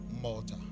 Malta